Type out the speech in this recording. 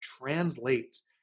translates